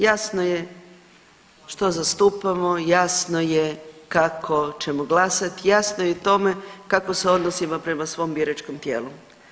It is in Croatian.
Jasno je što zastupamo, jasno je kako ćemo glasati, jasno je i tome kako se odnosimo prema svom biračkom tijelu.